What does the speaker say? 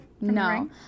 No